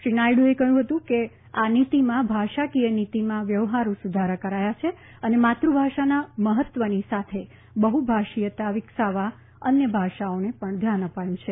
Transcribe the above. શ્રી નાયડુએ કહયું કે આ નીતીમાં ભાષાકીય નીતીમાં વ્યવહારૂ સુધારા કરાયા છે અને માતૃભાષાના મહત્વની સાથે બહુભાષીયતા વિકસાવવા અન્ય ભાષાઓને પણ ધ્યાન અપાયું છે